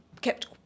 kept